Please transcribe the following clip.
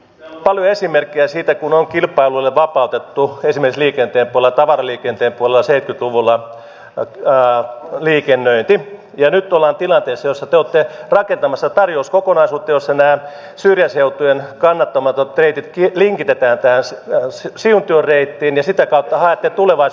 halu esimerkkiä siitä kun on kilpailulle vapautettu esimies liikenteen pullatavaraliikenteen puola seitkytluvulla nykyään liikennöity ja nyt ollaan tilanteessa jossa tuotteet rakentamassa tarjouskokonaisuutta jossa nämä syrjäseutujen kannattamattomat reitit linkitetään taas nousi silti leipiin ja sitä kautta he tulevat